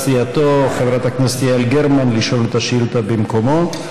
סיעתו חברת הכנסת יעל גרמן לשאול את השאילתה במקומו.